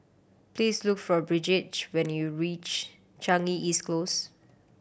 please look for Bridgette when you reach Changi East Close